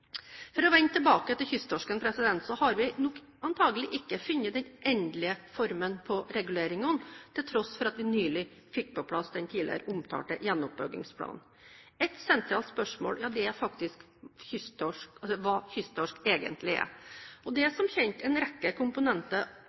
For å vende tilbake til kysttorsken har vi antakelig ikke funnet den endelige formen på reguleringene, til tross for at vi nylig fikk på plass den tidligere omtalte gjenoppbyggingsplanen. Et sentralt spørsmål er hva kysttorsk egentlig er. Det er som kjent en rekke komponenter